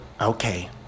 Okay